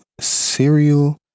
cereal